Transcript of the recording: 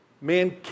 Man